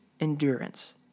endurance